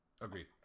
Agreed